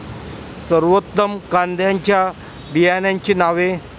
सर्वोत्तम कांद्यांच्या बियाण्यांची नावे?